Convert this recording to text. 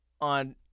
on